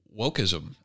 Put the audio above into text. wokeism